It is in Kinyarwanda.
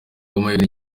amahirwe